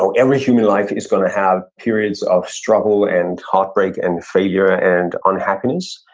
so every human life is going to have periods of struggle and heartbreak and failure and unhappiness,